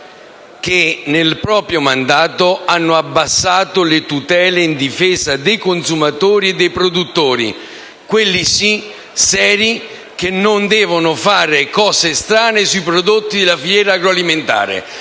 che nel proprio mandato hanno abbassato le tutele in difesa dei consumatori e dei produttori, quelli sì seri, che non devono fare cose strane sui prodotti della filiera agroalimentare